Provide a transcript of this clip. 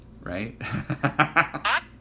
right